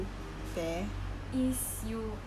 is you !wah! is you